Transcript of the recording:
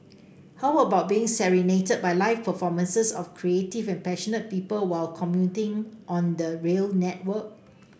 how about being serenaded by live performances of creative and passionate people while commuting on the rail network